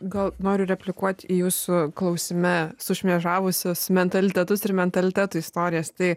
gal noriu replikuot į jūsų klausime sušmėžavusius mentalitetus ir mentalitetų istorijas tai